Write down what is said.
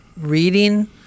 reading